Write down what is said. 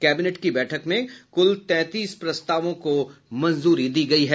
cabinet की बैठक में कुल तैंतीस प्रस्तावों को मंजूरी दी गयी है